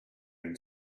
and